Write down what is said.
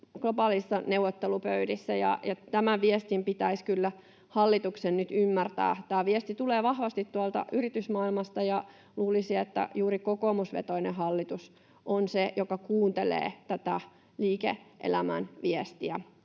globaaleissa neuvottelupöydissä. Tämä viesti pitäisi kyllä hallituksen nyt ymmärtää. Tämä viesti tulee vahvasti tuolta yritysmaailmasta. Luulisi, että juuri kokoomusvetoinen hallitus on se, joka kuuntelee tätä liike-elämän viestiä,